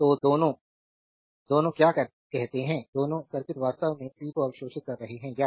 तो दोनों दोनों क्या कहते हैं दोनों सर्किट वास्तव में पी को अवशोषित करते हैं या